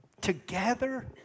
together